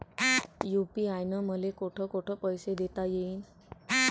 UPI न मले कोठ कोठ पैसे देता येईन?